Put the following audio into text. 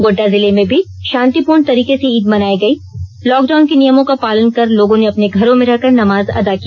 गोड़डा जिले में भी शांतिपूर्ण तरीके से ईद मनाई गई लॉक डाउन के नियमों का पालन कर लोगों ने अपने घरों में रहकर नमाज अदा की